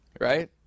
Right